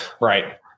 Right